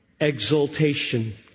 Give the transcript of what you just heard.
exaltation